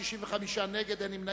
קבוצת סיעת האיחוד הלאומי,